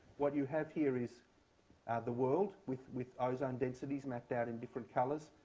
what you have here is and the world with with ozone densities mapped out in different colors.